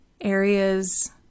areas